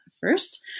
first